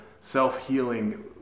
Self-Healing